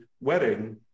wedding